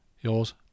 Yours